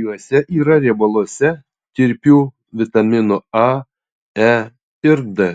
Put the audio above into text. juose yra riebaluose tirpių vitaminų a e ir d